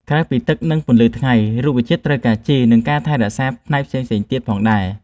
ក្រៅពីទឹក និងពន្លឺថ្ងៃ រុក្ខជាតិត្រូវការជី និងការថែរក្សាផ្នែកផ្សេងៗទៀតផងដែរ។